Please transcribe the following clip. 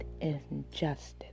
injustice